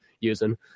using